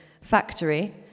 factory